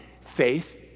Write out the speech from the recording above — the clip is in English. faith